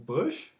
Bush